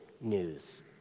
news